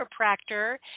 chiropractor